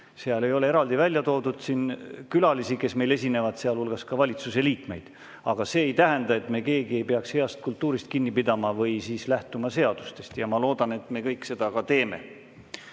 Seal ei ole eraldi välja toodud külalisi, kes meil esinevad, sealhulgas ka valitsuse liikmeid. Aga see ei tähenda, et keegi siin [võiks] heast kultuurist [mitte] kinni pidada või [mitte] lähtuda seadustest. Ma loodan, et me kõik seda järgime.